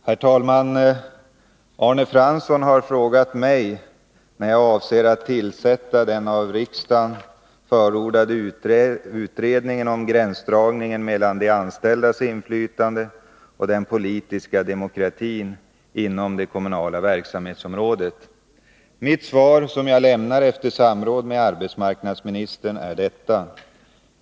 Herr talman! Arne Fransson har frågat mig när jag avser att tillsätta den av riksdagen förordade utredningen om gränsdragningen mellan de anställdas inflytande och den politiska demokratin inom det kommunala verksamhetsområdet. Mitt svar, som jag lämnar efter samråd med arbetsmarknadsministern, är detta.